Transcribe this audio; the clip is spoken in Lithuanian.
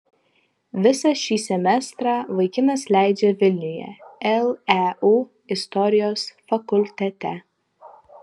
visą šį semestrą vaikinas leidžia vilniuje leu istorijos fakultete